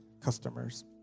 customers